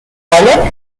bolle